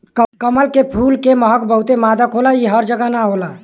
कमल के फूल के महक बहुते मादक होला इ हर जगह ना होला